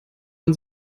man